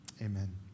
Amen